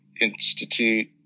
Institute